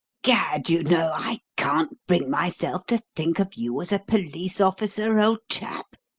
gad! you know, i can't bring myself to think of you as a police-officer, old chap!